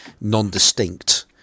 non-distinct